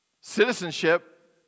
Citizenship